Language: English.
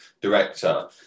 director